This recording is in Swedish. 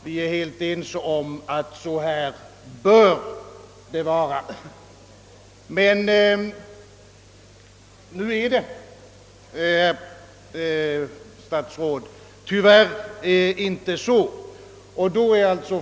Vi är helt ense om att förhållandena bör vara sådana som statsrådet angivit i svaret.